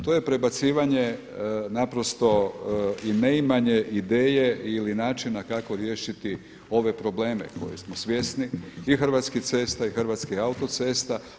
To je prebacivanje naprosto i neimanje ideje ili načina kako riješiti ove probleme kojih smo svjesni i Hrvatskih cesta i Hrvatskih autocesta.